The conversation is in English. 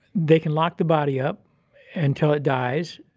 they can lock the body up until it dies,